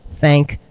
thank